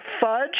fudge